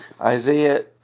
Isaiah